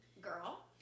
girl